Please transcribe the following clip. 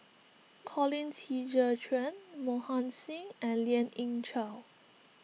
Colin Qi Zhe Quan Mohan Singh and Lien Ying Chow